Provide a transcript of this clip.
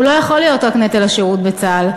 הוא לא יכול להיות רק נטל שירות בצה"ל.